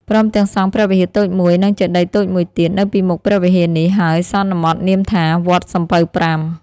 ព្រមទាំងសង់ព្រះវិហារតូចមួយ និងចេតិយតូចមួយទៀត នៅពីមុខព្រះវិហារនេះ ហើយសន្មតនាមថា "វត្តសំពៅប្រាំ" ។